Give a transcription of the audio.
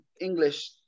English